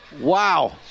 Wow